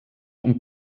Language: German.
und